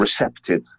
receptive